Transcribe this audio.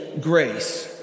grace